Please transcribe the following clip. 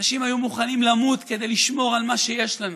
אנשים היו מוכנים למות כדי לשמור על מה שיש לנו.